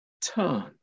Turn